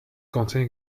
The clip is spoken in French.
contient